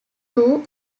two